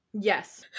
Yes